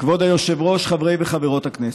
כבוד היושב-ראש, חברי וחברות הכנסת,